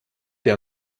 der